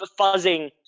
fuzzing